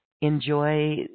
enjoy